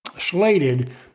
slated